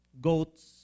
Goats